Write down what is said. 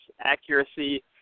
accuracy